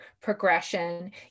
progression